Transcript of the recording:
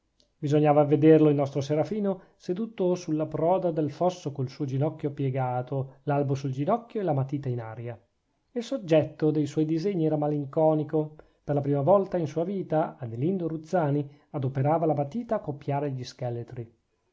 bisognava vederlo il nostro serafino seduto sulla proda del fosso col suo ginocchio piegato l'albo sul ginocchio e la matita in aria il soggetto dei suoi disegni era malinconico per la prima volta in sua vita adelindo ruzzani adoperava la matita a copiare gli scheletri